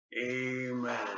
Amen